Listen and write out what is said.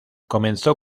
comenzó